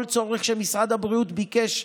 כל צורך שמשרד הבריאות ביקש,